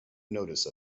notice